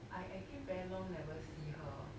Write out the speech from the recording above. I actually very long never see her